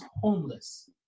homeless